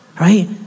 right